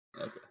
Okay